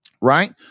Right